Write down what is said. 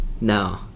No